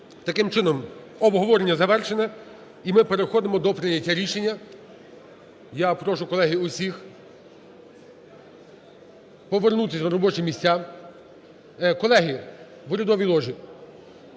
Таким чином, обговорення завершене. І ми переходимо до прийняття рішення. Я прошу, колеги, усіх повернутись на робочі місця. Колеги, в урядовій ложі,